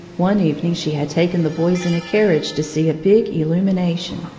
one evening she had taken the boys in a carriage to see a big illumination.